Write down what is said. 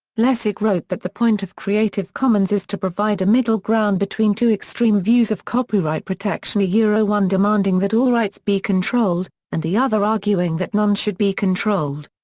lessig wrote that the point of creative commons is to provide a middle ground between two extreme views of copyright protection ah one demanding that all rights be controlled, and the other arguing that none should be controlled.